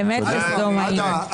באמת כסדום היינו.